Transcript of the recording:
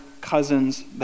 cousins